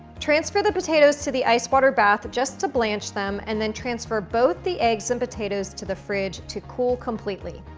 transfer the potatoes to the ice water bath, just to blanch them, and then transfer both the eggs and potatoes to the fridge to cool completely.